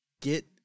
get